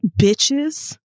bitches